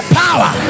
power